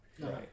Right